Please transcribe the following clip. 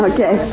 Okay